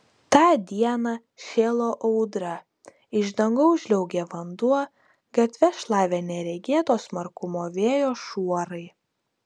tą dieną šėlo audra iš dangaus žliaugė vanduo gatves šlavė neregėto smarkumo vėjo šuorai